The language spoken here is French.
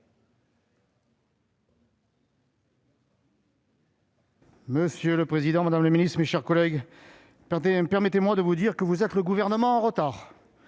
Monsieur le président, madame la ministre, mes chers collègues, permettez-moi de vous dire que vous êtes le Gouvernement du retard